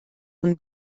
von